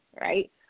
right